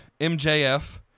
MJF